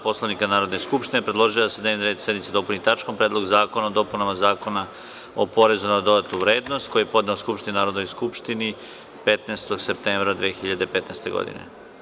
Poslovnika Narodne skupštine predložio je da se dnevni red sednice dopuni tačkom – Predlog zakona o dopunama Zakona o porezu na dodatu vrednost, koji je podneo Narodnoj skupštini 15. septembra 2015. godine.